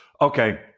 okay